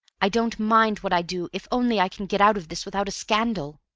i don't mind what i do if only i can get out of this without a scandal.